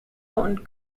und